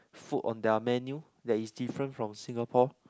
food on their menu that is different from Singapore